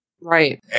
Right